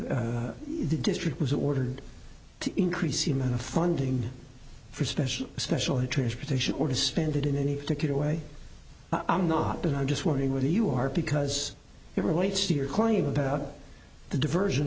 the district was ordered to increase the amount of funding for special special ed transportation or suspended in any particular way i'm not that i'm just wondering whether you are because it relates to your claim about the diversion